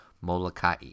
Molokai